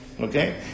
Okay